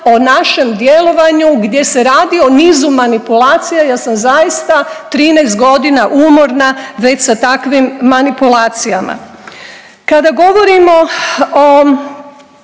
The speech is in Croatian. o našem djelovanju gdje se radi o nizu manipulacija, ja sam zaista 13 godina umorna već sa takvim manipulacijama. Kada govorimo o